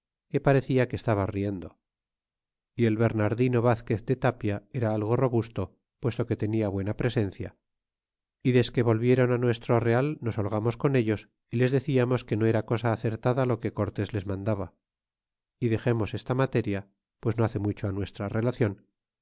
que parecia que estaba riendo y el bernardino vazquez de tapia era algo robusto puesto que tenia buena presencia y desque volvieron nuestro real nos holgamos con ellos y les deciamos que no era cosa acertada lo que cortés les mandaba y dexemos esta materia pues no hace mucho á nuestra relacion